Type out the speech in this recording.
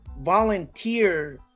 volunteer